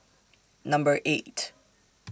Number eight